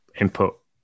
input